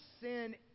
sin